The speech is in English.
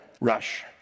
Rush